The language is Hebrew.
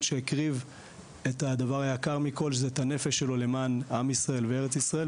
שהקריב את הדבר היקר מכל את הנפש שלו למען עם ישראל וארץ ישראל.